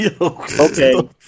Okay